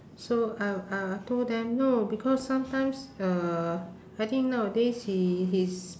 so uh I I told them no because sometimes uh I think nowadays he he's